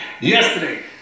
Yesterday